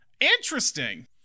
Interesting